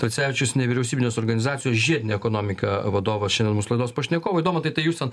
tracevičius nevyriausybinės organizacijos žiedinė ekonomika vadovas šiandien mūsų laidos pašnekovai domantai tai jūs ten